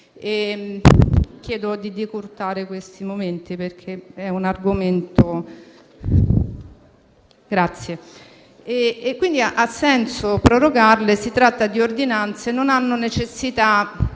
e ha senso prorogarle. Si tratta di ordinanze e non hanno necessità